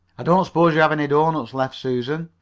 i don't s'pose you have any doughnuts left, susan?